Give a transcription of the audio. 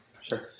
Sure